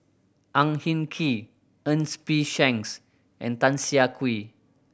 Ang Hin Kee Ernest P Shanks and Tan Siah Kwee